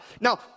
Now